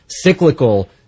cyclical